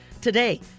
Today